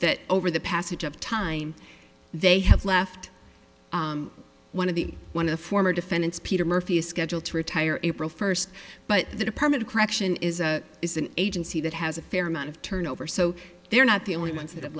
that over the passage of time they have left one of the one of the former defendants peter murphy is scheduled to retire april first but the department of correction is a is an agency that has a fair amount of turnover so they're not the only ones that have